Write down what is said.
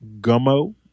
Gummo